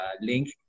link